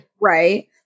Right